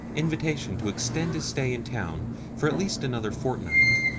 invitation to extend his stay in town for at least another fortnight,